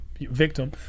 victim